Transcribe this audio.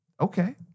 Okay